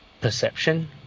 perception